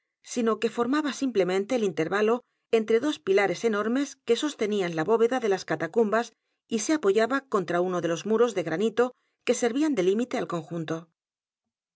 sino que formaba simplemente el intervalo entre dos pilares enormes que sostenían la bóveda de las catacumbas y se apoyaba contra uno de los muros de granito que servían de límite al conjunto